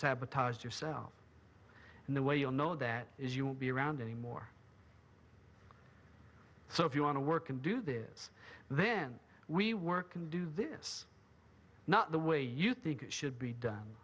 sabotage yourself in the way you'll know that is you won't be around anymore so if you want to work and do this then we work can do this not the way you think it should be done